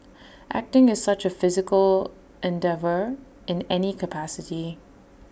acting is such A physical endeavour in any capacity